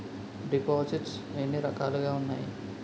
దిపోసిస్ట్స్ ఎన్ని రకాలుగా ఉన్నాయి?